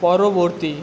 পরবর্তী